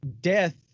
death